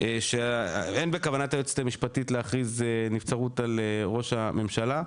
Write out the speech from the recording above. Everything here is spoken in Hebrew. שאין בכוונת היועצת המשפטית להכריז נבצרות על ראש הממשלה,